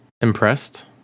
Impressed